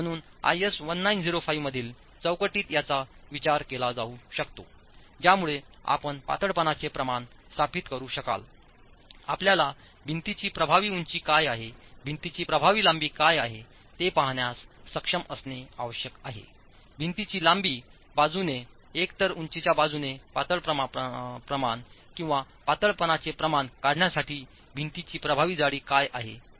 म्हणून IS 1905 मधील चौकटीत याचा विचार केला जाऊ शकतो ज्यामुळे आपण पातळपणाचे प्रमाण स्थापित करू शकाल आपल्याला भिंतीची प्रभावी उंची काय आहे भिंतीची प्रभावी लांबी काय आहे ते पाहण्यास सक्षम असणे आवश्यक आहे भिंतीची लांबी बाजूने एकतर उंचीच्या बाजूने पातळपणा प्रमाण किंवा पातळपणाचे प्रमाण काढण्यासाठी भिंतीची प्रभावी जाडी काय आहे